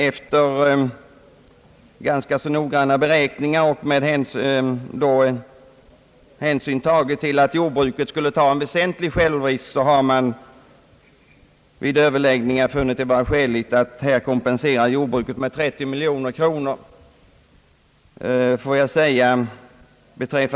Efter ganska så ingående beräkningar och med hänsyn även till att jordbruket skulle bära en väsentlig självrisk har man vid överläggningar enats om som rimligt att kompensera jordbruket med 30 miljoner kronor.